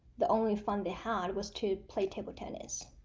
the only fun they had was to play table tennis,